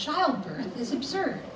childbirth is absurd